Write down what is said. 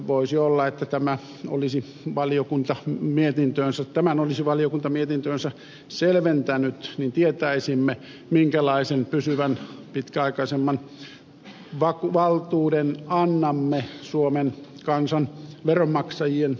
voisi olla paikallaan että tämän olisi valiokunta mietintöönsä selventänyt niin tietäisimme minkälaisen pysyvän pitkäaikaisemman valtuuden annamme suomen kansan veronmaksajien puolesta